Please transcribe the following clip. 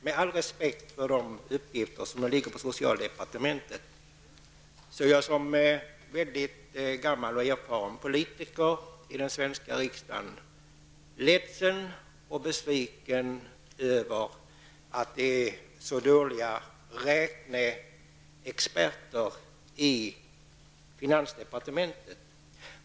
Med all respekt för de uppgifter som åligger socialdepartementet är jag som gammal och erfaren politiker i den svenska riksdagen ledsen och besviken över att räkneexperterna är så dåliga i finansdepartementet.